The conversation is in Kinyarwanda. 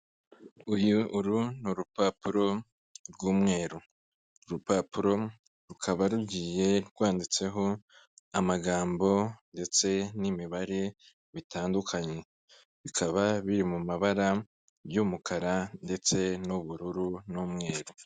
Uuu ni urupapuro rw'umweru, urupapuro rukaba rugiye rwanditseho amagambo ndetse n'imibare bitandukanye, bikaba biri mu mabara y'umukara ndetse n'ubururu n'umweru.